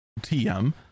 TM